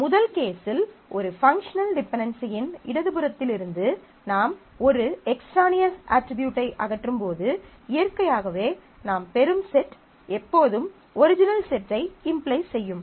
முதல் கேசில் ஒரு பங்க்ஷனல் டிபென்டென்சியின் இடது புறத்திலிருந்து நாம் ஒரு எக்ஸ்ட்ரானியஸ் அட்ரிபியூட்டை அகற்றும்போது இயற்கையாகவே நாம் பெறும் செட் எப்போதும் ஒரிஜினல் செட்டை இம்ப்ளைஸ் செய்யும்